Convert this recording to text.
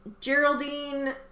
Geraldine